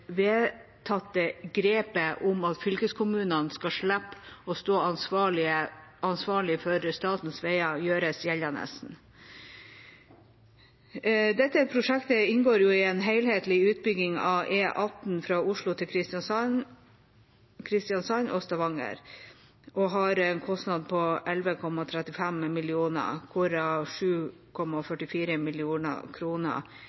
det vedtatte grepet om at fylkeskommunene skal slippe å stå ansvarlig for statens veier, gjøres gjeldende. Dette prosjektet inngår jo i en helhetlig utbygging av E18 fra Oslo til Kristiansand og Stavanger og har en kostnad på 11,35 mrd. kr, hvorav